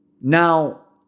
now